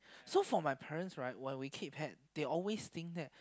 so for my parents right when we keep pet we always think that